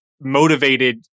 motivated